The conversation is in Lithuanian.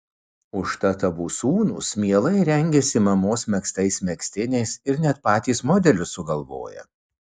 užtat abu sūnūs mielai rengiasi mamos megztais megztiniais ir net patys modelius sugalvoja